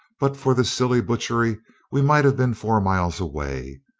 but for this silly butchery we might have been four miles away.